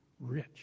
rich